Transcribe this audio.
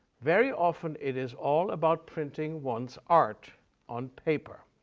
very often it is all about printing one's art on paper.